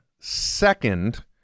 second